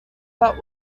but